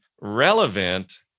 relevant